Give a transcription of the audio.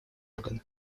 органа